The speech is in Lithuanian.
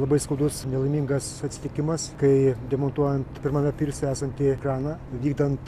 labai skaudus nelaimingas atsitikimas kai demontuojant pirmame pirse esantį kraną vykdant